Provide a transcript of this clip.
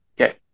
Okay